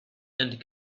and